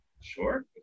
sure